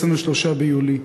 23 ביולי,